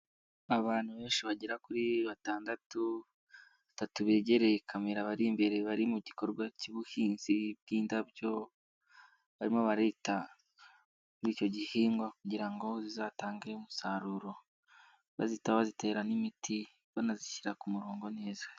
Abantu benshi bagera kuri batandatu, batatu begereye kamera bari imbere bari mu gikorwa cy'ubuhinzi bw'indabyo, barimo barita kuri icyocyo gihingwa kugira ngo kizatange umusaruro bazitaho bazitera n'imiti, banazishyira ku murongo neza.